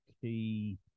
key